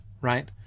right